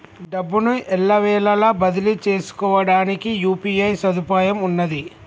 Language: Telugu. డబ్బును ఎల్లవేళలా బదిలీ చేసుకోవడానికి యూ.పీ.ఐ సదుపాయం ఉన్నది